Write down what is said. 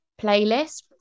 playlist